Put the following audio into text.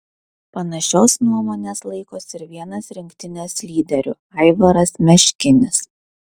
panašios nuomonės laikosi ir vienas rinktinės lyderių aivaras meškinis